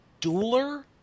Dueler